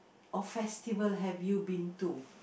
or festival have you been to